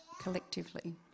collectively